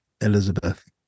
Elizabeth